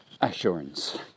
assurance